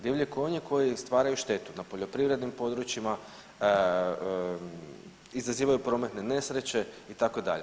Divlji konji koji stvaraju štetu na poljoprivrednim područjima, izazivaju prometne nesreće, itd.